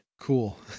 Cool